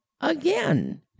again